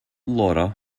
laura